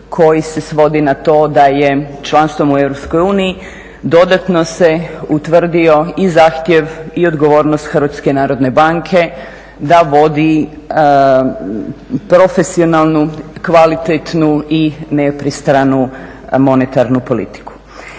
koji se svodi na to da je članstvom u EU dodatno se utvrdio i zahtjev i odgovornost HNB-a da vodi profesionalnu, kvalitetnu i nepristranu monetarnu politiku.